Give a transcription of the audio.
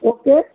okay